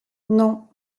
non